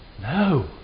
No